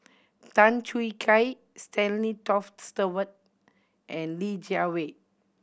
Tan Choo Kai Stanley Toft Stewart and Li Jiawei